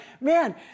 man